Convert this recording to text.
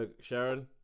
sharon